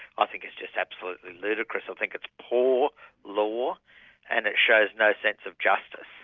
ah think it's just absolutely ludicrous. i think it's poor law and it shows no sense of justice.